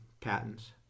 patents